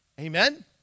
Amen